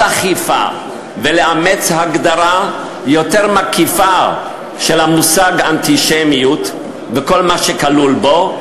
אכיפה ולאמץ הגדרה יותר מקיפה של המושג אנטישמיות וכל מה שכלול בו,